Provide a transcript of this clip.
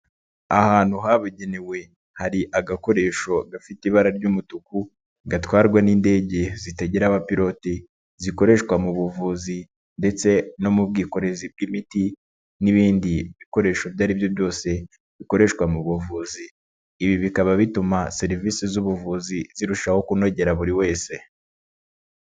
Ahantu habugenewe, hari agakoresho gafite ibara ry'umutuku, gatwarwa n'indege zitagira abapilote zikoreshwa mu buvuzi ndetse no mu bwikorezi bw'imiti n'ibindi bikoresho ibyo aribyo byose bikoreshwa mu buvuzi. Ibi bikaba bituma serivisi z'ubuvuzi zirushaho kunogera buri wese.